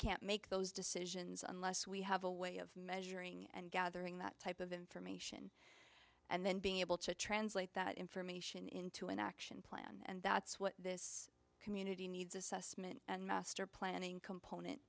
can't make those decisions unless we have a way of measuring and gathering that type of information and then being able to translate that information into an action plan and that's what this community needs assessment and master planning comp